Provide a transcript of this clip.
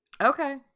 Okay